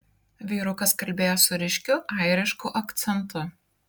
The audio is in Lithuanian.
vyrukas kalbėjo su ryškiu airišku akcentu